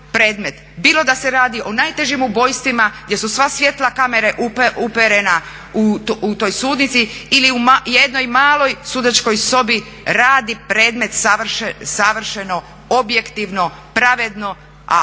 bilo da se radi o najtežim ubojstvima gdje su sva svjetla kamera uperena u toj sudnici ili u jednoj maloj sudačkoj sobi radi predmet savršeno, objektivno, pravedno a